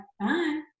Bye